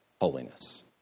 holiness